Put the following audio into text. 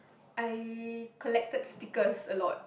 I collected stickers a lot